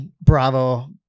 Bravo